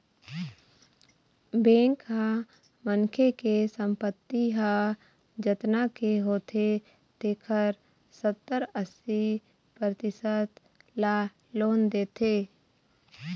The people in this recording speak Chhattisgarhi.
बेंक ह मनखे के संपत्ति ह जतना के होथे तेखर सत्तर, अस्सी परतिसत ल लोन देथे